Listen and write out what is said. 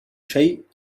شيء